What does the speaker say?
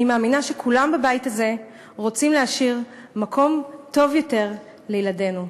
אני מאמינה שכולם בבית הזה רוצים להשאיר מקום טוב יותר לילדינו.